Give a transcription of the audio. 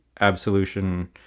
absolution